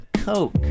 Coke